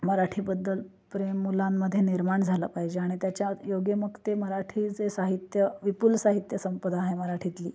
मराठीबद्दल प्रेम मुलांमध्ये निर्माण झालं पाहिजे आणि त्याच्या योग्य मग ते मराठीचे साहित्य विपुल साहित्य संपदा आहे मराठीतली